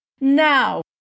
Now